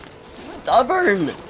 stubborn